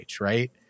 right